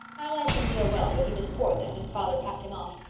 i liked him real well but he was poor then and father packed him off.